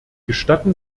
gestatten